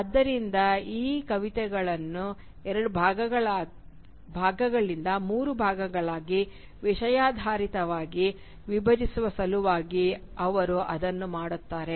ಆದ್ದರಿಂದ ಮತ್ತು ಕವಿತೆಯನ್ನು ಎರಡು ಭಾಗಗಳಿಗಿಂತ ಮೂರು ಭಾಗಗಳಾಗಿ ವಿಷಯಾಧಾರಿತವಾಗಿ ವಿಭಜಿಸುವ ಸಲುವಾಗಿ ಅವರು ಅದನ್ನು ಮಾಡುತ್ತಾರೆ